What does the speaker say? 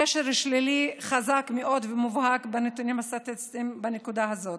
קשר שלילי חזק מאוד ומובהק סטטיסטית בנקודה הזאת.